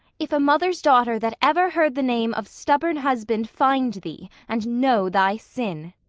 if a mothers daughter, that ever heard the name of stubborn husband find thee, and know thy sin.